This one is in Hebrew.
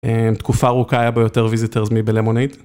תקופה ארוכה היה בו יותר visitors מבלמוני.